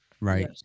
right